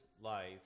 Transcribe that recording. life